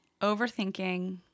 Overthinking